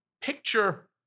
picture